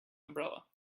umbrella